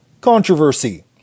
controversy